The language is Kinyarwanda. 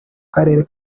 karere